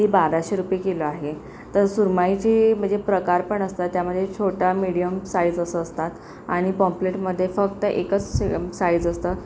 ती बाराशे रुपये किलो आहे तर सुरमईची म्हणजे प्रकार पण असतात त्यामध्ये छोटा मिडीयम साईज असं असतात आणि पॉम्पलेटमध्ये फक्त एकच स साइज असतं